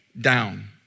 down